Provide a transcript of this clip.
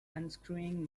unscrewing